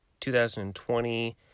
2020